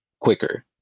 quicker